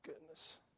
goodness